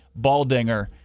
Baldinger